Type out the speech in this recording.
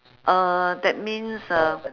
uh that means uh